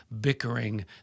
bickering